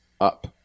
up